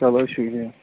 چلوٹھیٖک